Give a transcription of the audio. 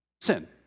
Sin